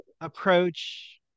approach